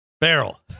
Barrel